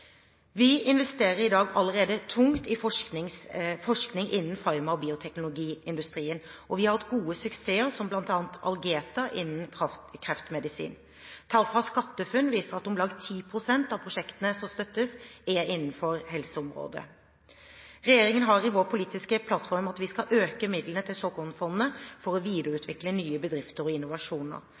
Vi investerer i dag allerede tungt i forskning innen farma- og bioteknologiindustrien, og vi har hatt gode suksesser, bl.a. Algeta innen kreftmedisin. Tall fra SkatteFUNN viser at om lag 10 pst. av prosjektene som støttes, er innenfor helseområdet. Regjeringen har i vår politiske plattform at vi skal øke midlene til såkornfondene for å videreutvikle nye bedrifter og innovasjoner.